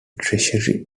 treasury